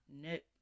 Nope